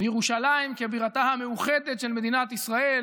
בירושלים כבירתה המאוחדת של מדינת ישראל,